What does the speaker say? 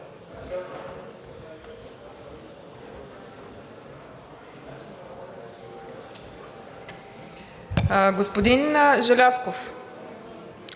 Господин Желязков,